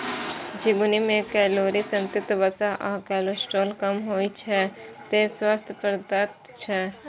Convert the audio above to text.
झिंगुनी मे कैलोरी, संतृप्त वसा आ कोलेस्ट्रॉल कम होइ छै, तें स्वास्थ्यप्रद छै